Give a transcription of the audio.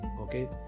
okay